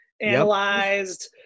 analyzed